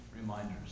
reminders